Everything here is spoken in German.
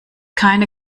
keine